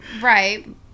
Right